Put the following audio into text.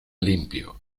limpio